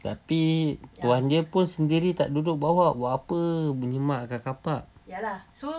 tapi tuan dia sendiri tak duduk bawa buat apa menyemak kat carpark